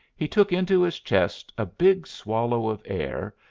he took into his chest a big swallow of air,